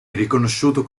riconosciuto